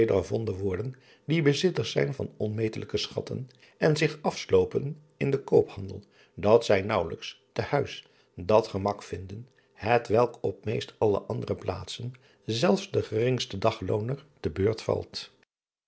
worden die bezitters zijn van onmetelijke schatten en zich afsloven in den koophandel dat zij naauwelijks te huis dat gemak vinden hetwelk op meest alle andre plaatsen zelfs den geringsten daglooner te beurt valt